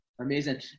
Amazing